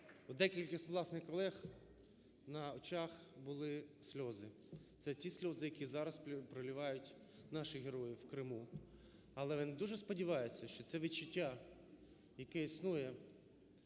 декількох з наших колег на очах були сльози. Це ті сльози, які зараз проливають наші герої в Криму, але вони дуже сподіваються, що це відчуття, яке існує,